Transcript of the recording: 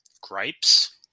gripes